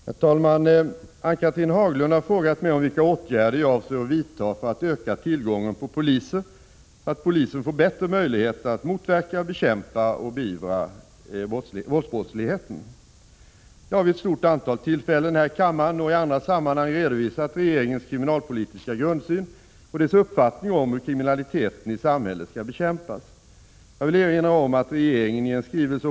Herr talman! Ann-Cathrine Haglund har frågat mig om vilka åtgärder jag avser att vidtaga för att öka tillgången på poliser så att polisen får bättre möjligheter att motverka, bekämpa och beivra våldsbrottsligheten. Jag har vid ett stort antal tillfällen här i kammaren och i andra sammanhang redovisat regeringens kriminalpolitiska grundsyn och dess uppfattning om hur kriminaliteten i samhället skall bekämpas. Jag vill erinra om att regeringen i en skrivelse (skr.